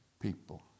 people